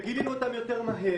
גילינו אותם יותר מהר.